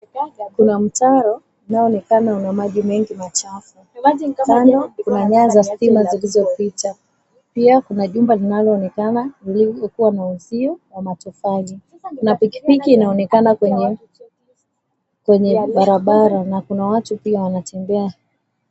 Kuna mtaro unaoonekana na maji mengi machafu, kando kuna nyaya za stima zilizopita pia kuna jumba linaloonekana lililokuw na uzio wa matofali. Kuna pikipiki inayoonekana kwenye barabara na kuna watu pia wanatembea.